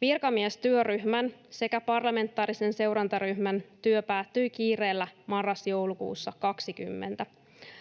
Virkamiestyöryhmän sekä parlamentaarisen seurantaryhmän työ päättyi kiireellä marras—joulukuussa 20.